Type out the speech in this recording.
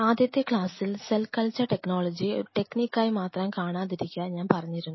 ആദ്യത്തെ ക്ലാസ്സിൽ cell culture ടെക്നോളജിയെ ഒരു ടെക്നിക്കായ് മാത്രം കാണാതിരിക്കാൻ ഞാൻ പറഞ്ഞിരുന്നു